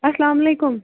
اَلسَلامُ علیکُم